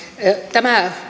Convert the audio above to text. tämä